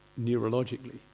neurologically